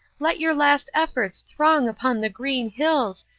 let your last efforts throng upon the green hills,